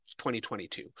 2022